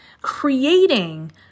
creating